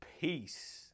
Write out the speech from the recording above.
Peace